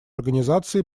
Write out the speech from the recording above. организации